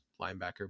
linebacker